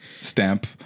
stamp